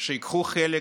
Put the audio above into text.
שייקחו חלק